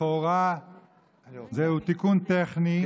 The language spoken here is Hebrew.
לכאורה זהו תיקון טכני,